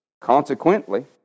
Consequently